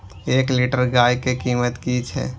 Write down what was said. एक लीटर गाय के कीमत कि छै?